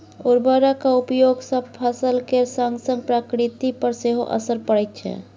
उर्वरकक उपयोग सँ फसल केर संगसंग प्रकृति पर सेहो असर पड़ैत छै